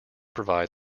provide